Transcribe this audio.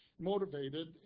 motivated